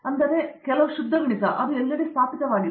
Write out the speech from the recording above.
ಅರಂದಾಮ ಸಿಂಗ್ ಮತ್ತು ಕೆಲವು ಶುದ್ಧ ಗಣಿತ ಅದು ಎಲ್ಲೆಡೆ ಸ್ಥಾಪಿತವಾಗಿದೆ